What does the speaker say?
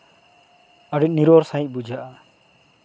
ᱟᱹᱰᱤ ᱱᱤᱨᱚᱲ ᱥᱟᱺᱦᱤᱡ ᱵᱩᱡᱷᱟᱹᱜᱼᱟ